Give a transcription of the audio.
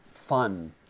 fun